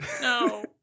No